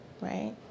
right